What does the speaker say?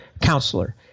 counselor